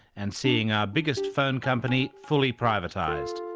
and seeing our biggest phone company fully privatised.